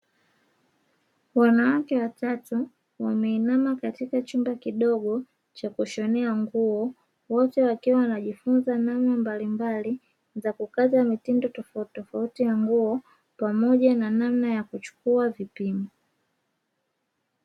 Wanawake watatu wameinama katika chumba kidogo cha kushonea nguo, wote wakiwa wanajifunza namna mbalimbali za kukata mitindo tofauti tofauti ya nguo pamoja na namna ya kuchukua vipimo.